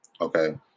okay